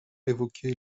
évoqué